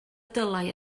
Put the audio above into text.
dylai